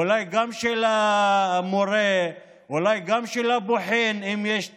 אולי גם של המורה, אולי גם של הבוחן, אם יש טסט,